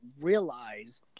realize